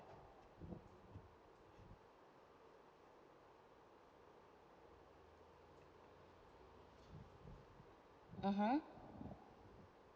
mmhmm